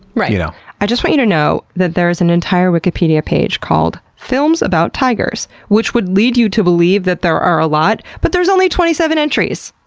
right. you know i just want you to know that there's an entire wikipedia page called films about tigers, which would lead you to believe that there are a lot, but there's only twenty seven entries!